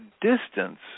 distance